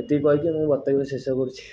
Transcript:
ଏତିକି କହିକି ମୁଁ ବକ୍ତବ୍ୟ ଶେଷ କରୁଛି